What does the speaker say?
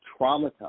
traumatize